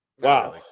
Wow